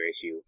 issue